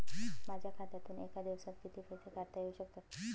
माझ्या खात्यातून एका दिवसात किती पैसे काढता येऊ शकतात?